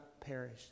perish